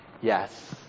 Yes